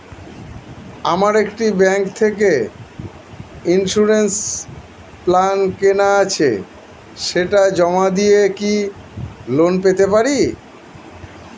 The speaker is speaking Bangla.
আমার একটি ব্যাংক থেকে ইন্সুরেন্স প্ল্যান কেনা আছে সেটা জমা দিয়ে কি লোন পেতে পারি?